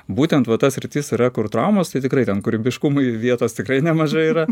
būtent va ta sritis yra kur traumos tai tikrai ten kūrybiškumui vietos tikrai nemažai yra